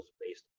based